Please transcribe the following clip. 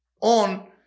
on